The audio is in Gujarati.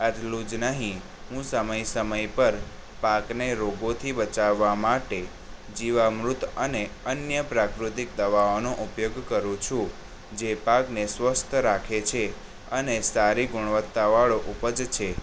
આટલું જ નહીં હું સમય સમય પર પાકને રોગોથી બચાવવા માટે જીવામૃત અને અન્ય પ્રાકૃતિક દવાઓનો ઉપયોગ કરું છું જે પાકને સ્વસ્થ રાખે છે અને સારી ગુણવત્તાવાળો ઉપજ છે